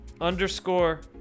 underscore